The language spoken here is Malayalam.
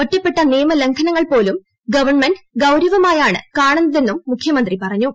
ഒറ്റപ്പെട്ട ന്നിയമ ലംഘനങ്ങൾ പോലും ഗവൺമെന്റ് ഗൌരവമായാണ് കാണുന്നതെന്നും മുഖ്യമന്ത്രി പറഞ്ഞു